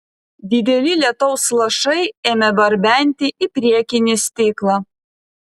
dideli lietaus lašai ėmė barbenti į priekinį stiklą